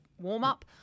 warm-up